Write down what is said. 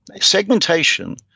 segmentation